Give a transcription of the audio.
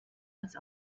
als